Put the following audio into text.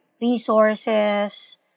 resources